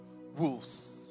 wolves